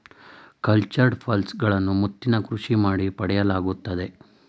cultured pearls ಗಳನ್ನು ಮುತ್ತಿನ ಕೃಷಿ ಮಾಡಿ ಪಡೆಯಲಾಗುತ್ತದೆ